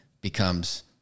becomes